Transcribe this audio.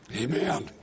Amen